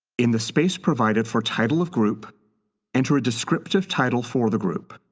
in the space provided for title of group enter a descriptive title for the group.